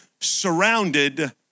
surrounded